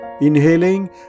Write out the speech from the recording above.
Inhaling